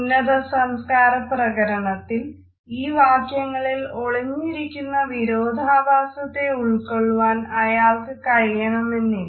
ഉന്നത സംസ്കാര പ്രകരണത്തിൽ ഈ വാക്യങ്ങളിൽ ഒളിഞ്ഞിരിക്കുന്ന വിരോധാഭാസത്തെ ഉൾക്കൊള്ളുവാൻ അയാൾക്ക് കഴിയണമെന്നില്ല